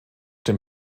dem